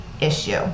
issue